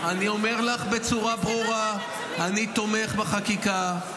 אני אומר לך בצורה ברורה: אני תומך בחקיקה,